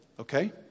Okay